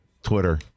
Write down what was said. Twitter